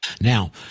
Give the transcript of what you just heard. Now